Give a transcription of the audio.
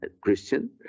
christian